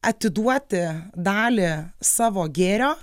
atiduoti dalį savo gėrio